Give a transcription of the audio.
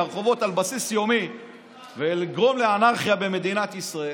לרחובות על בסיס יומי ולגרום לאנרכיה במדינת ישראל